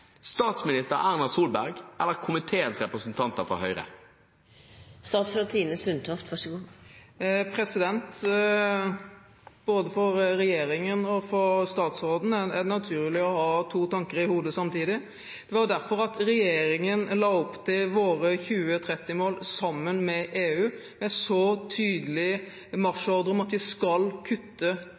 statsminister Erna Solberg eller komiteens representanter fra Høyre? Både for regjeringen og for statsråden er det naturlig å ha to tanker i hodet samtidig. Det var derfor regjeringen la opp til sine 2030-mål, sammen med EU, med en så tydelig marsjordre om at vi skal kutte